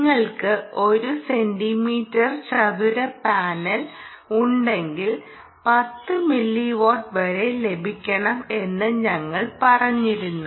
നിങ്ങൾക്ക് 1 സെന്റീമീറ്റർ ചതുര പാനൽ ഉണ്ടെങ്കിൽ 10 മില്ലി വാട്ട് വരെ ലഭിക്കണം എന്ന് ഞങ്ങൾ പറഞ്ഞിരുന്നു